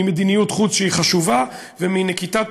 ממדיניות חוץ, שהיא חשובה, ומנקיטת